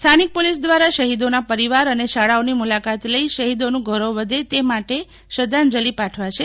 સ્થાનિક પોલિસ દ્વારા શહીદોના પરિવાર અને શાળાઓની મુલાકાત લઈ શહીદોનું ગૌરવ વધે તે માટે શ્રધ્ધાંજલિ પાઠવાશે